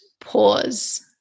pause